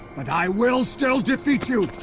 but i will still defeat you!